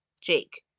Jake